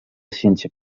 ciència